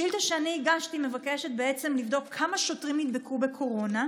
השאילתה שאני הגשתי מבקשת לבדוק: 1. כמה שוטרים נדבקו בקורונה?